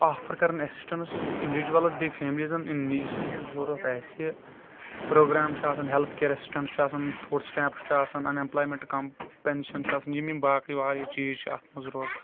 offer کران assistance to individuals بیٚیہِ فیملیزن ان یُس ضرورت آسہِ پروگرام چھُ آسان ہٮ۪لتھ کیر ایٚسِسٹنٕس چھُ آسان فوٚڈ سٹیمپ چھُ آسان انایمپٕلامیٚنٹ کمپینشن چھُ آسان یِم یِم باقٕے واریاہ چیٖز چھ اَتھ منٛز روزان